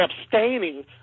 abstaining